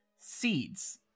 seeds